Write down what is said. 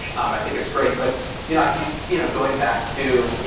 um i think it's great but you know i think you know going back to,